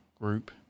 group